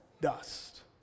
dust